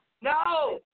No